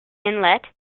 inlet